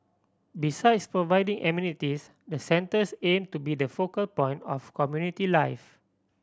besides providing amenities the centres aim to be the focal point of community life